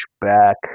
back